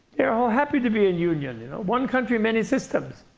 they are all happy to be in union. one country, many systems.